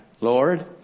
Lord